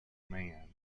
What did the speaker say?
man